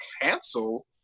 cancel